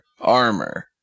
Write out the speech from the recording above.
armor